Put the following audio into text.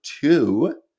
two